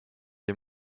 les